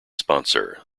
sponsor